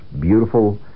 beautiful